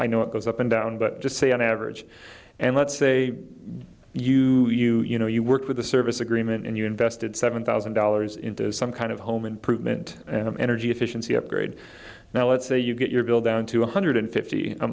i know it goes up and down but just say on average and let's say you do you you know you work with a service agreement and you invested seven thousand dollars into some kind of home improvement and energy efficiency upgrade now let's say you get your bill down to one hundred fifty a